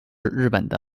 日本